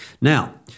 Now